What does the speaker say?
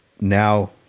now